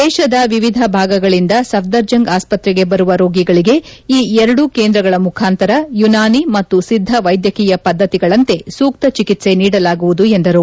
ದೇಶದ ವಿವಿಧ ಭಾಗಗಳಿಂದ ಸಫರ್ಜಂಗ್ ಆಸ್ತ್ರೆಗೆ ಬರುವ ರೋಗಿಗಳಿಗೆ ಈ ಎರಡೂ ಕೇಂದ್ರಗಳ ಮುಖಾಂತರ ಯೂನಾನಿ ಮತ್ತು ಸಿದ್ದ ವೈದ್ಯಕೀಯ ಪದ್ದತಿಗಳಂತೆ ಸೂಕ್ತ ಚಿಕಿತ್ಸೆ ನೀಡಲಾಗುವುದು ಎಂದರು